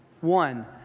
one